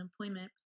unemployment